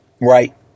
right